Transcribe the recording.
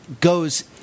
goes